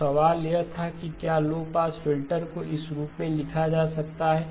तो सवाल यह था कि क्या लो पास फ़िल्टर को इस रूप लिखा जा सकता है